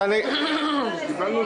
תנו לה